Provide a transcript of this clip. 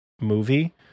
movie